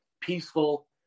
peaceful